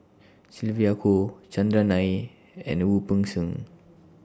Sylvia Kho Chandran Nair and Wu Peng Seng